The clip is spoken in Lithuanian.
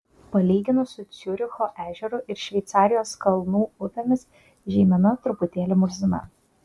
palyginus su ciuricho ežeru ir šveicarijos kalnų upėmis žeimena truputėlį murzina